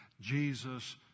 Jesus